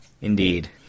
Indeed